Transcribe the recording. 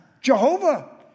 Jehovah